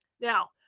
Now